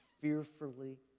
fearfully